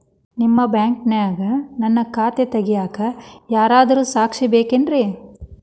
ನಿಮ್ಮ ಬ್ಯಾಂಕಿನ್ಯಾಗ ನನ್ನ ಖಾತೆ ತೆಗೆಯಾಕ್ ಯಾರಾದ್ರೂ ಸಾಕ್ಷಿ ಬೇಕೇನ್ರಿ?